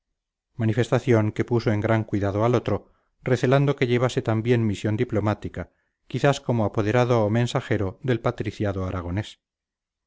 manifestación que puso en gran cuidado al otro recelando que llevase también misión diplomática quizás como apoderado o mensajero del patriciado aragonés